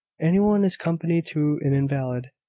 any one is company to an invalid.